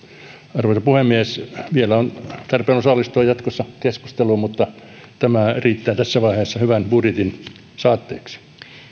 arvoisa puhemies vielä on tarpeen osallistua jatkossa keskusteluun mutta tämä riittää tässä vaiheessa hyvän budjetin saatteeksi